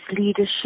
leadership